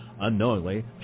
Unknowingly